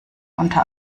unter